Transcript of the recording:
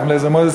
אליעזר מוזס,